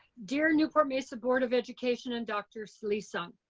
dear newport-mesa board of education and dr. so lee-sung,